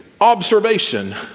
observation